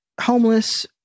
homeless